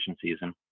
season